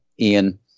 Ian